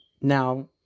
now